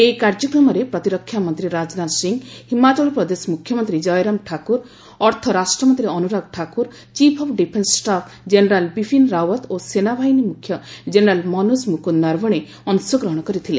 ଏହି କାର୍ଯ୍ୟକ୍ରମରେ ପ୍ରତିରକ୍ଷାମନ୍ତ୍ରୀ ରାଜନାଥ ସିଂହ ହିମାଚଳ ପ୍ରଦେଶ ମୁଖ୍ୟମନ୍ତ୍ରୀ ଜୟରାମ ଠାକୁର ଅର୍ଥ ରାଷ୍ଟ୍ରମନ୍ତ୍ରୀ Anurag Thakur chief of defence staff general Bipin Rawat ଓ ସେନାବାହିନୀ ମୁଖ୍ୟ ଜେନେରାଲ ମନୋଜ ମୁକୁନ୍ଦ ନରବଣେ ଅଂଶଗ୍ରହଣ କରିଥିଲେ